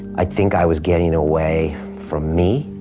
i think i was getting away from me,